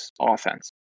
offense